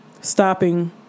stopping